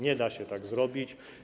Nie da się tak zrobić.